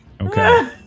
Okay